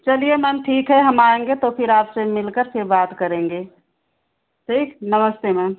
चलिए मैम ठीक है हम आएंगे तो फिर आपसे मिलकर फिर बात करेंगे ठीक नमस्ते मैम